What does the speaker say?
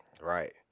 Right